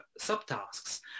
subtasks